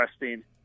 interesting